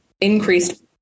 increased